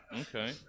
okay